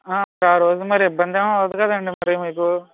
మరి ఆరోజు ఇబ్బంది ఏం అవ్వదు కదండి మరి మీకు